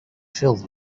filled